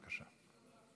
בבקשה.